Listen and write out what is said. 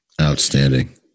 Outstanding